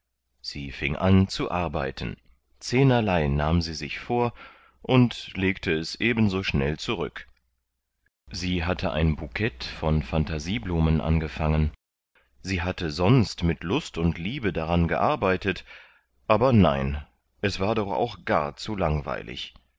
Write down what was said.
sie fing an zu arbeiten zehnerlei nahm sie vor und legte es ebenso schnell zurück sie hatte ein bukett von phantasieblumen angefangen sie hatte sonst mit lust und liebe daran gearbeitet aber nein es war doch auch gar zu langweilig